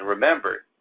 remember,